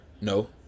No